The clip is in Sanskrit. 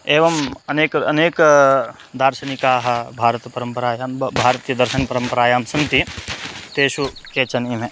एवम् अनेके अनेक दार्शनिकाः भारतपरम्परायां बा भारतीयदर्शन परम्परायां सन्ति तेषु केचन इमे